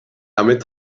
damit